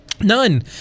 None